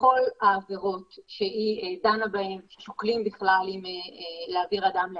בכל העבירות שהיא דנה בהן ששוקלים בכלל אם להעביר אדם לאזיק,